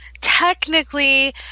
technically